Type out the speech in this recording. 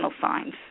signs